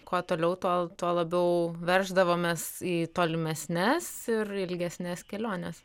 kuo toliau tuo tuo labiau verždavomės į tolimesnes ir ilgesnes keliones